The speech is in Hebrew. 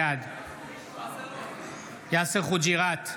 בעד יאסר חוג'יראת, בעד